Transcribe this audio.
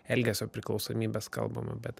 elgesio priklausomybes kalbama bet